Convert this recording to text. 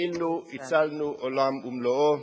כאילו הצלנו עולם ומלואו.